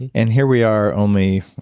and here we are only.